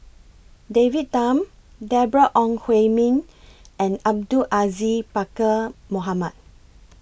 David Tham Deborah Ong Hui Min and Abdul Aziz Pakkeer Mohamed